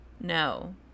No